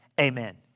amen